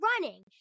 running